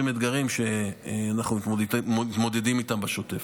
אתגרים שאנחנו מתמודדים איתם בשוטף.